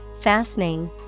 fastening